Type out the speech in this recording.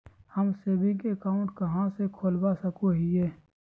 हम saving account कहाँ खोलवा सको हियै?